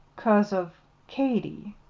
cause of katy.